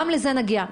גם לזה נגיע.